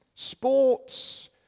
Sports